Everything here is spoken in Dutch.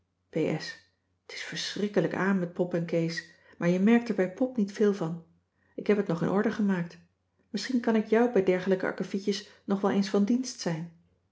t is verschrikkelijk aan met pop en kees maar je merkt er bij pop niet veel van ik heb het nog in orde gemaakt misschien kan ik jou bij dergelijke akkevietjes nog wel eens van dienst zijn